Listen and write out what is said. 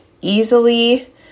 easily